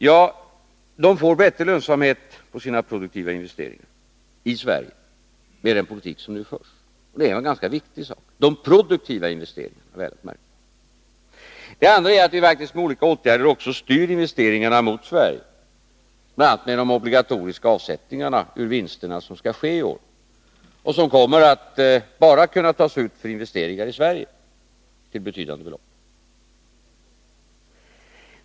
Jo, de får bättre lönsamhet på sina produktiva investeringar i Sverige — med den politik som nu förs. Det är ganska viktigt. Det gäller de produktiva investeringarna, märk väl! Dessutom styr vi med olika åtgärder investeringarna mot Sverige — bl.a. med de obligatoriska avsättningar ur vinsterna som skall ske i år, som enbart kommer att kunna tas ut för investeringar i Sverige och som uppgår till betydande belopp.